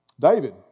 David